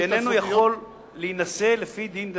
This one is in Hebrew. שאיננו יכול להינשא לפי דין דתי.